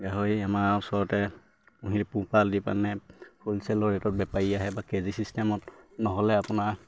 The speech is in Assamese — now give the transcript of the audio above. গাহৰি আমাৰ ওচৰতে পুহিলে পোহপাল দি পানে হ'লচেলৰ ৰেটত বেপাৰী আহে বা কে জি চিষ্টেমত নহ'লে আপোনাৰ